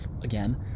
again